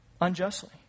unjustly